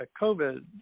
COVID